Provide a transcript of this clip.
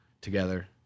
together